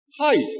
Hi